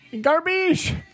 Garbage